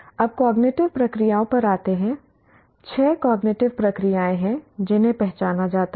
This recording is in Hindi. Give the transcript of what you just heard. अब कॉग्निटिव प्रक्रियाओं पर आते हैं छह कॉग्निटिव प्रक्रियाएं हैं जिन्हें पहचाना जाता है